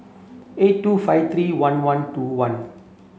eight two five three one one two one